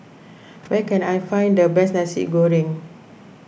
where can I find the best Nasi Goreng